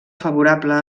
favorable